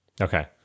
Okay